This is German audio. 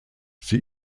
sie